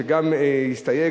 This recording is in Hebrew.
שגם הוא הסתייג,